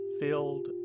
filled